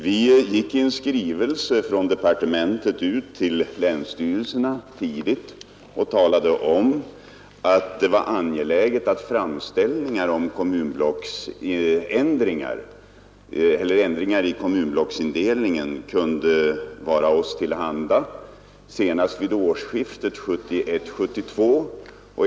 Vi gick tidigt ut med en skrivelse från departementet till länsstyrelserna och talade om, att det var angeläget att framställningar om ändringar i kommunblocksindelningen kunde vara oss till handa senast vid årsskiftet 1971-1972.